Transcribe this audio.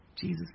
Jesus